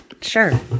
sure